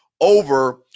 over